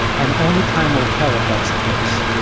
and only time will tell if that's the case.